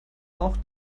auch